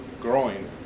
growing